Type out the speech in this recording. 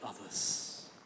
others